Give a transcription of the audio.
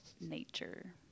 nature